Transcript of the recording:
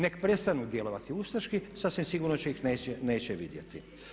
Nek prestanu djelovati ustaški, sasvim sigurno ih neće vidjeti.